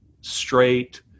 straight